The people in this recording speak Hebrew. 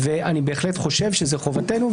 ואני בהחלט חושב שזאת חובתנו,